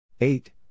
Eight